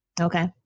Okay